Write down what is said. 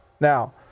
Now